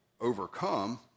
overcome